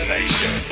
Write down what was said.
Nation